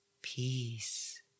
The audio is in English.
peace